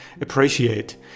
appreciate